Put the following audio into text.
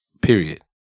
Period